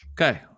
okay